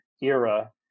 era